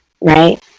Right